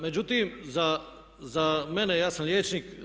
Međutim, za mene, ja sam liječnik.